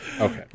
Okay